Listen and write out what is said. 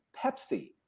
Pepsi